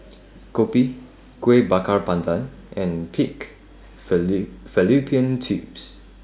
Kopi Kueh Bakar Pandan and Pig Fallopian Tubes